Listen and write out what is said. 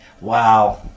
wow